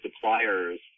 supplier's